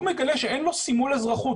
הוא מגלה שאין לו סימול אזרחות,